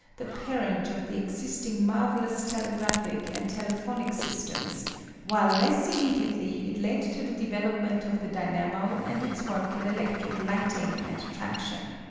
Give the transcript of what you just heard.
the parent of the existing marvellous telegraphic and telephonic systems while less immediately it led to the development of the dynamo and its work in electric lighting and traction.